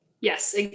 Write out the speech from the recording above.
Yes